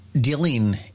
dealing